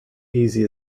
easy